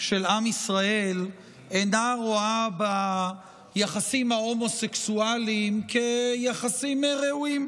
של עם ישראל אינה רואה ביחסים ההומוסקסואליים יחסים ראויים.